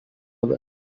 other